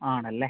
ആണല്ലേ